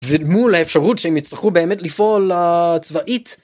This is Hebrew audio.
מול האפשרות שהם יצטרכו באמת לפעול צבאית.